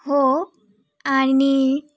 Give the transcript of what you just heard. हो आणि